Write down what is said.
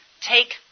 take